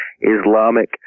Islamic